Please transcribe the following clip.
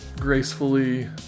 gracefully